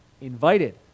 Invited